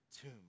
tomb